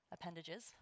appendages